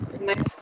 Nice